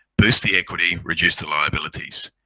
boost the equity, reduce the liabilities.